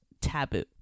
taboo